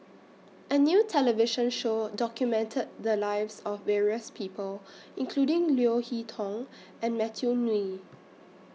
A New television Show documented The Lives of various People including Leo Hee Tong and Matthew